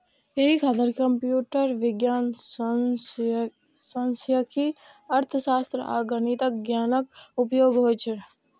एहि खातिर कंप्यूटर विज्ञान, सांख्यिकी, अर्थशास्त्र आ गणितक ज्ञानक उपयोग होइ छै